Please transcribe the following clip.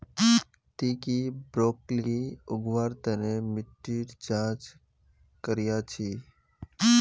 ती की ब्रोकली उगव्वार तन मिट्टीर जांच करया छि?